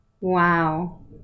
Wow